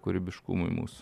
kūrybiškumui mūsų